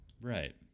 right